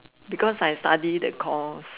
because I study the course